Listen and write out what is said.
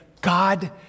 God